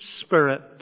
Spirit